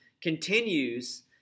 continues